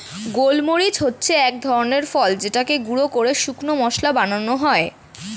গোলমরিচ হচ্ছে এক ধরনের ফল যেটাকে গুঁড়ো করে শুকনো মসলা বানানো হয়